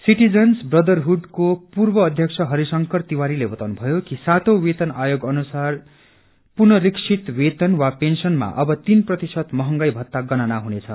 citizens दरहुडको पूर्व अध्यक्ष हरिशंकर तिवारीले बताउनुभयो कि सातौं वेतन आयोग अनुसार पुनरीक्षित वेतन वा पेन्शनमा अव तीन प्रतिशत महंगाई भत्ता गणना हुनेछ